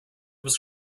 was